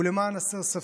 ולמען הסר ספק,